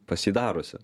pas jį darosi